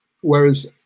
whereas